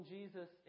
Jesus